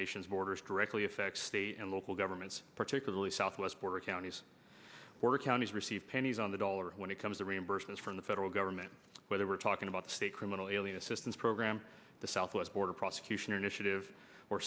nation's borders directly affect state and local governments particularly southwest border counties or counties receive pennies on the dollar when it comes to reimbursements from the federal government whether we're talking about state criminal alien assistance program the southwest border prosecution initiative or